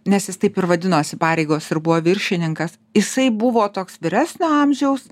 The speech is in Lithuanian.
nes jis taip ir vadinosi pareigos ir buvo viršininkas jisai buvo toks vyresnio amžiaus